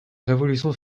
révolution